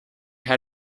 had